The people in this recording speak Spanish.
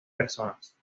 personas